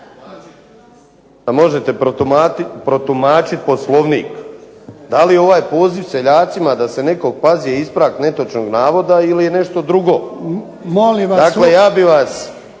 da možete protumačiti Poslovnik. DA li ovaj poziv seljacima da se netko pazi je ispravak netočnog navoda ili nešto drugo. Ja bih vas